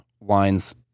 lines